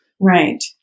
right